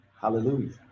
hallelujah